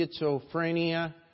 schizophrenia